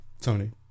Tony